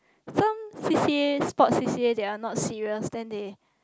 some C_C_A sport C_C_A they are not serious then they